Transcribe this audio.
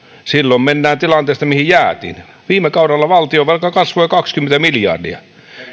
silloin mennään tilanteesta mihin jäätiin viime kaudella valtionvelka kasvoi kaksikymmentä miljardia